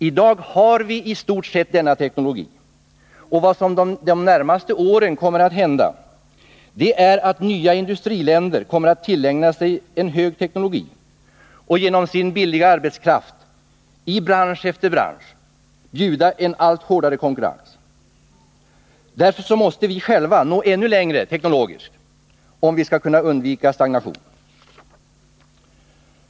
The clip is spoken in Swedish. I dag har vi istort sett denna teknologi, och vad som de närmaste åren kommer att ske, det är att nya industriländer kommer att tillägna sig hög teknologi och genom sin billiga arbetskraft i bransch efter bransch bjuda en allt hårdare konkurrens. Därför måste vi själva nå ännu längre teknologiskt om vi skall kunna undvika stagnation.